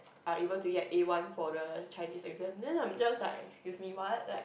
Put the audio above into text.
are able to get A one for the Chinese exam then I'm just like excuse me what like